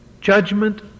judgment